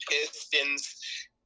pistons